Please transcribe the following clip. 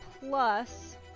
plus